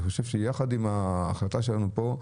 אני חושב שיחד עם ההחלטה שלנו פה,